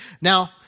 Now